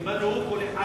הם בנו כל אחד